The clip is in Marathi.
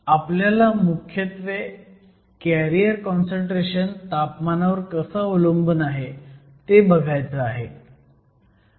तर आपल्याला मुख्यत्वे कॅरियर काँसंट्रेशन तापमानावर कसं अवलंबून आहे ते बघायचं आहे